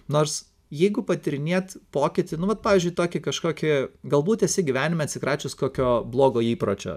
nors jeigu patyrinėt pokytį nu vat pavyzdžiui tokį kažkokį galbūt esi gyvenime atsikračius kokio blogo įpročio